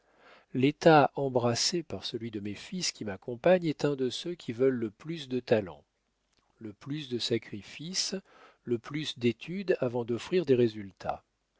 l'état embrassé par celui de mes fils qui m'accompagne est un de ceux qui veulent le plus de talent le plus de sacrifices le plus d'études avant d'offrir des résultats